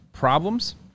problems